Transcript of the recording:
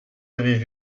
avaient